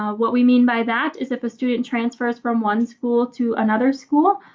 what we mean by that is if a student transfers from one school to another school,